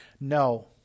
No